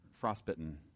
frostbitten